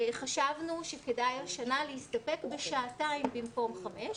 חשבנו שכדאי השנה להסתפק בשעתיים במקום חמש שעות.